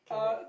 okay next